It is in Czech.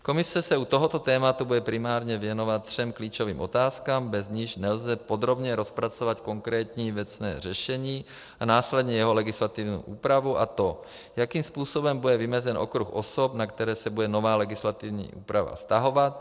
Komise se u tohoto tématu bude primárně věnovat třem klíčovým otázkám, bez nichž nelze podrobně rozpracovat konkrétní věcné řešení a následně jeho legislativní úpravu, a to jakým způsobem bude vymezen okruh osob, na které se bude nová legislativní úprava vztahovat.